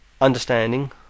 understanding